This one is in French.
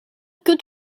que